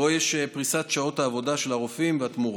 שבו יש פריסת שעות עבודה של הרופאים והתמורות.